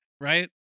right